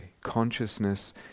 consciousness